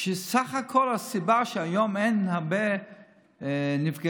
שבסך הכול הסיבה שהיום אין הרבה נפגעים